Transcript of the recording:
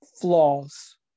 flaws